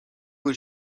vos